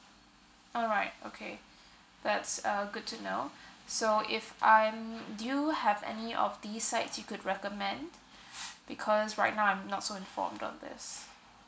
alright okay that's uh good to know so if I'm do you have any of these sites you could recommend because right now I'm not so informed on this